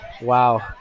Wow